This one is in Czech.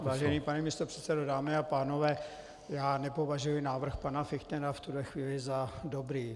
Vážený pane místopředsedo, dámy a pánové, já nepovažuji návrh pana Fichtnera v tuhle chvíli za dobrý.